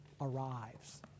arrives